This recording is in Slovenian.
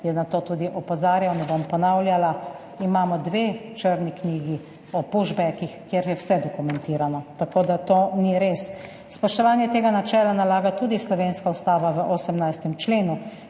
je na to tudi opozarjal, ne bom ponavljala. Imamo dve črni knjigi o pushbackih, kjer je vse dokumentirano, tako da to ni res. Spoštovanje tega načela nalaga tudi slovenska Ustava v 18. členu.